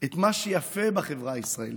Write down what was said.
את מה שיפה בחברה הישראלית.